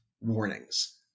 warnings